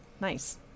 Nice